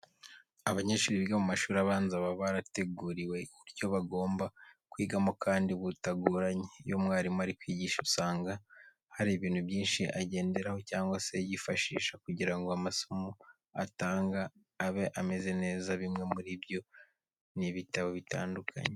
Abanyeshuri biga mu mashuri abanza baba barateguriwe uburyo bagomba kwigamo kandi butagoranye. Iyo umwarimu ari kwigisha usanga hari ibintu byinshi agenderaho cyangwa se yifashisha kugira ngo amasomo atanga abe ameze neza. Bimwe muri byo ni ibitabo bitandukanye.